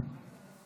תודה רבה,